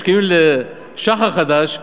משכימים לשחר חדש,